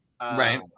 Right